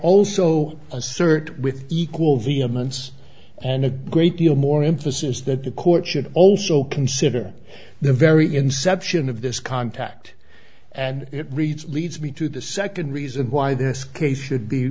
assert with equal vehemence and a great deal more emphasis that the court should also consider the very inception of this contact and it reads leads me to the second reason why this case should be